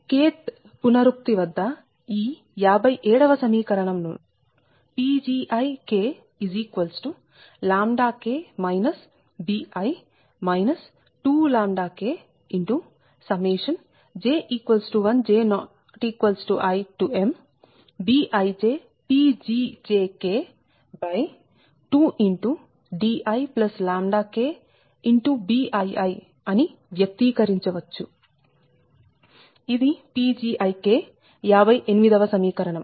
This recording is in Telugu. kth పునరుక్తి వద్ద ఈ 57 వ సమీకరణం ను PgiK bi 2Kj1 j≠imBijPgj 2diKBii అని వ్యక్తీకరించవచ్చు ఇది Pgi ఇది 58 వ సమీకరణం